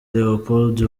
leopold